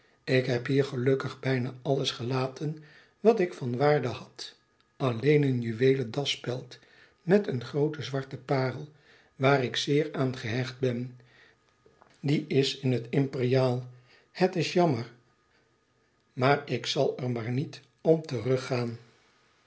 ik heb hier gelukkig bijna alles gelaten wat ik van waarde had alleen een juweelen dasspeld met een groote zwarte parel waar ik zeer aan gehecht ben die is in het imperiaal het is jammer maar ik zal er maar niet om